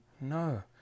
No